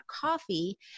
coffee